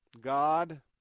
God